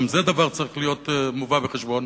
גם זה דבר שצריך להיות מובא בחשבון,